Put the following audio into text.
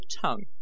tongue